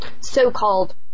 so-called